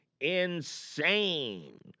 insane